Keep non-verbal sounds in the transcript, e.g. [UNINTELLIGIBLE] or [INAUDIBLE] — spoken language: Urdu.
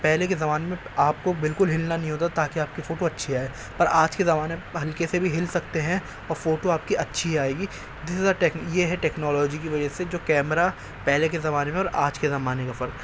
پہلے کے زمانے میں آپ کو بالکل ہلنا نہیں ہوتا تھا تاکہ آپ کی فوٹو اچھی آئے پر آج کے زمانے میں ہلکے سے بھی ہل سکتے ہیں اور فوٹو آپ کی اچھی ہی آئے گی [UNINTELLIGIBLE] یہ ہے ٹیکنالوجی کی وجہ سے جو کیمرا پہلے کے زمانے میں اور آج کے زمانے کا فرق